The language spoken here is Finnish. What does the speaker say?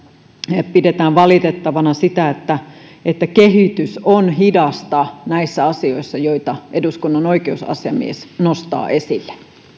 pidetään valitettavana sitä että että kehitys on hidasta näissä asioissa joita eduskunnan oikeusasiamies nostaa esille